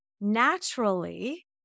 naturally